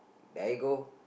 there you go